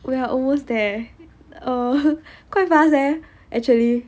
oh ya almost there err quite fast eh actually